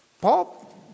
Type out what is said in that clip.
Paul